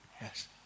Yes